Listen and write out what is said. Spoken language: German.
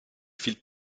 viele